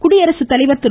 குடியரசு தலைவர் திரு